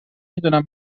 میدونم